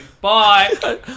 Bye